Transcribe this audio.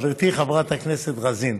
חברתי חברת הכנסת רוזין,